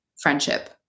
friendship